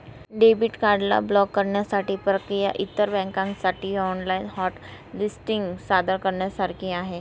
debit card ला block करण्याची प्रक्रिया इतर बँकांसाठी ऑनलाइन हॉट लिस्टिंग सादर करण्यासारखी आहे